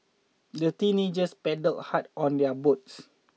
the teenagers paddled hard on their boats